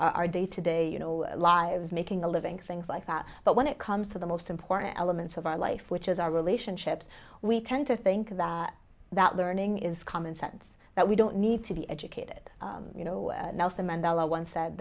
our day to day you know lives making a living things like that but when it comes to the most important elements of our life which is our relationships we tend to think about that learning is common sense that we don't need to be educated you know nelson mandela once